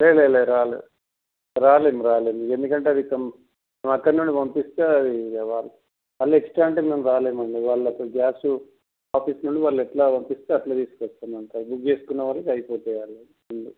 లేదు లేదు రాలే రాలేము రాలేము ఎందుకంటే మేము అక్కడ నుంచి పంపిస్తే అది రాదు మళ్ళీ ఎక్స్ట్రా అంటే మేము రాలేం అండి వాళ్ళ యొక్క గ్యాసు ఆఫీస్ నుండి ఎట్లా పంపిస్తే అట్లా తీసుకు వస్తాం అంతే బుక్ చేసుకున్న వాళ్ళకి అయిపోతాయి అవి అన్నీ